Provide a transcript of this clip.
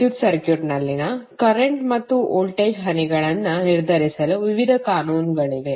ವಿದ್ಯುತ್ ಸರ್ಕ್ಯೂಟ್ನಲ್ಲಿನ ಕರೆಂಟ್ ಮತ್ತು ವೋಲ್ಟೇಜ್ ಹನಿಗಳನ್ನು ನಿರ್ಧರಿಸಲು ವಿವಿಧ ಕಾನೂನುಗಳಿವೆ